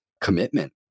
commitment